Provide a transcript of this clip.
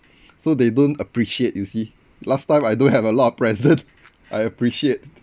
so they don't appreciate you see last time I don't have a lot of present I appreciate